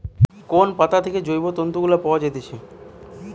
কোন পাতা থেকে যে জৈব তন্তু গুলা পায়া যাইতেছে